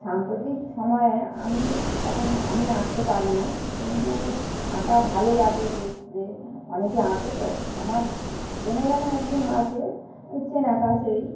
সাম্প্রতিক সময়ে আমি এখন আমি আঁকতে পারি না কিন্তু আঁকা ভালো লাগে দেখতে অনেকে আঁকে তো আমার চেনা জানা একজন আছে মানে চেনা কাছেই